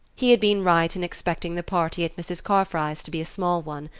he had been right in expecting the party at mrs. carfry's to be a small one.